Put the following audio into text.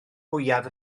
mwyaf